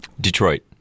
Detroit